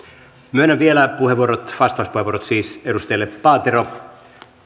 myönnän vielä vastauspuheenvuorot edustajille paatero